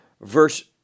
verse